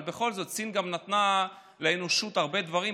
אבל בכל זאת סין גם נתנה לאנושות הרבה דברים,